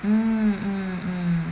mm mm mm